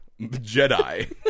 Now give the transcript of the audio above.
Jedi